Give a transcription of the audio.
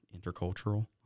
intercultural